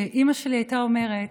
שאימא שלי הייתה אומרת: